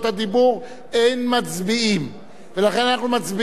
ולכן אנחנו מצביעים על הצעת החוק בקריאה שנייה,